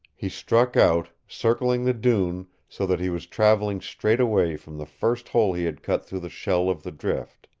he struck out, circling the dune, so that he was traveling straight away from the first hole he had cut through the shell of the drift.